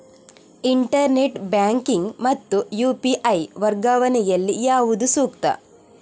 Internet banking ಮತ್ತು UPI ವರ್ಗಾವಣೆ ಯಲ್ಲಿ ಯಾವುದು ಸೂಕ್ತ?